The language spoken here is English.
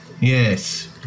Yes